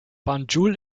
banjul